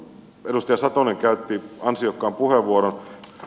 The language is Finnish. edustaja satonen käytti ansiokkaan puheenvuoron